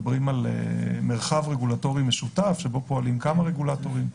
מדברים על מרחב רגולטורי משותף שבהם פועלים כמה רגולטורים.